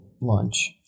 lunch